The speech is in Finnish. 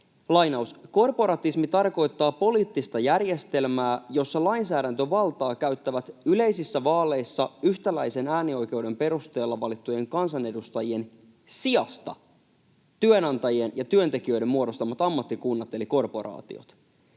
”Korporatismi tarkoittaa poliittista järjestelmää, jossa lainsäädäntövaltaa käyttävät yleisissä vaaleissa yhtäläisen äänioikeuden perusteella valittujen kansanedustajien sijasta työnantajien ja työntekijöiden muodostamat ammattikunnat eli korporaatiot.